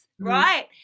right